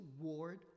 ward